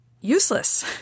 useless